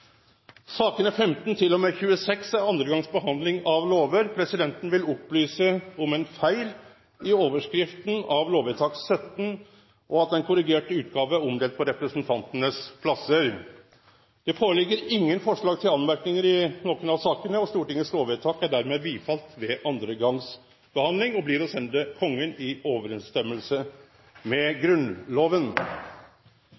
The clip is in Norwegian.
sakene nr. 15–26, er dei andre gongs behandling av lovsaker. Presidenten vil opplyse om ein feil i overskrifta til lovvedtak 17. Ei korrigert utgåve er omdelt på representantplassane. Det ligg ikkje føre noko forslag til merknad til nokon av lovvedtaka. Stortingets lovvedtak er med det vedtekne ved andre gongs behandling og blir å sende Kongen i samsvar med